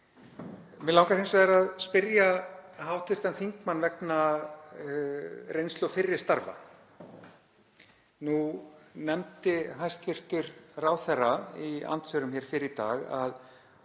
Mig langar hins vegar að spyrja hv. þingmann vegna reynslu og fyrri starfa. Nú nefndi hæstv. ráðherra í andsvörum fyrr í dag að